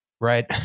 right